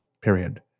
period